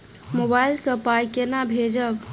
Mobile सँ पाई केना भेजब?